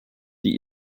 die